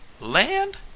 land